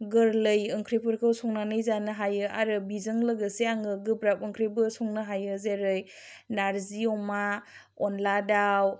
गोरलै ओंख्रिफोरखौ संनानै जानो हायो आरो बिजों लोगोसे आङो गोब्राब ओंख्रिबो संनो हायो जेरै नार्जि अमा अनला दाउ